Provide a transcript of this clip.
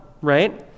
right